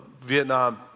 Vietnam